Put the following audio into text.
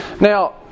Now